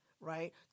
right